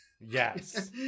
Yes